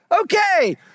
Okay